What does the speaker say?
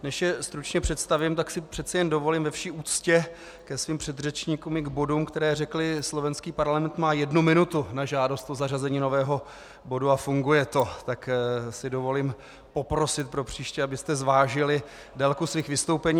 Než je stručně představím, tak si přece jen dovolím ve vší úctě ke svým předřečníkům i k bodům, které řekli: slovenský parlament má jednu minutu na žádost o zařazení nového bodu a funguje to, tak si dovolím poprosit propříště, abyste zvážili délku svých vystoupení.